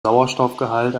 sauerstoffgehalt